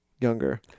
younger